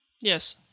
Yes